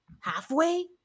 halfway